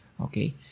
okay